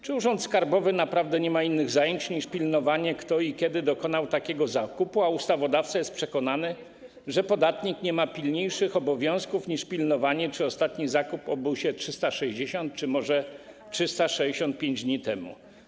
Czy urząd skarbowy naprawdę nie ma innych zajęć niż pilnowanie, kto i kiedy dokonał takiego zakupu, a ustawodawca jest przekonany, że podatnik nie ma pilniejszych obowiązków niż pilnowanie, czy ostatni zakup odbył się 360 czy może 365 dni temu?